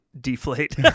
deflate